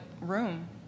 room